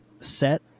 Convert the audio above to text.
set